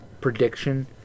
prediction